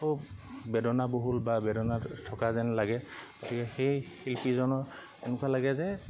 খুব বেদনা বহুল বা বেদনা থকা যেন লাগে গতিকে সেই শিল্পিজনৰ এনেকুৱা লাগে যে